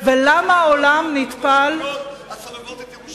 ולמה העולם, הסובבות את ירושלים.